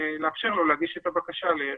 לאפשר לו להגיש את הבקשה לרישיון.